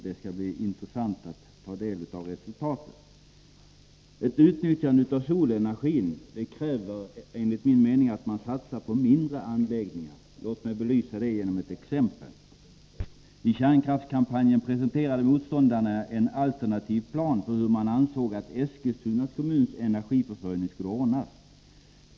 Det skall bli intressant att ta del av resultatet. Ett utnyttjande av solenergin kräver enligt min mening att man satsar på mindre anläggningar. Låt mig belysa detta med ett exempel. I kärnkraftskampanjen presenterade motståndarna en alternativ plan för hur Eskilstuna kommuns energiförsörjning skulle kunna ordnas.